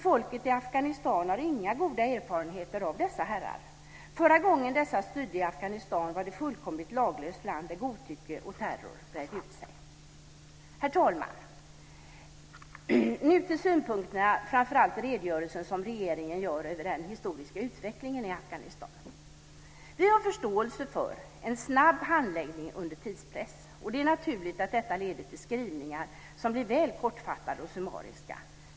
Folket i Afghanistan har inga goda erfarenheter av dessa herrar. Förra gången dessa styrde i Afghanistan var det ett fullkomligt laglöst land där godtycke och terror bredde ut sig. Herr talman! Nu till synpunkter på framför allt redogörelsen som regeringen gör över den historiska utvecklingen i Afghanistan. Vi har förståelse för att det varit en snabb handläggning under tidspress. Det är naturligt att detta leder till skrivningar som blir väl kortfattade och summariska.